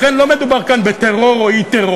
לכן לא מדובר כאן בטרור או באי-טרור.